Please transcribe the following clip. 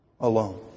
alone